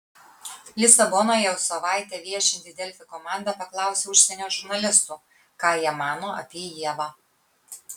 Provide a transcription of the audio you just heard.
lisabonoje jau savaitę viešinti delfi komanda paklausė užsienio žurnalistų ką jie mano apie ievą